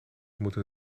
moeten